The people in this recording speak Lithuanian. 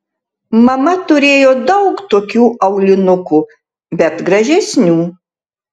mama turėjo daug tokių aulinukų bet gražesnių